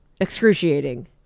excruciating